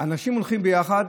אנשים הולכים ביחד